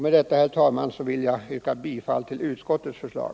Med detta yrkar jag bifall till utskottets hemställan.